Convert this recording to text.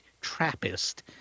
TRAPPIST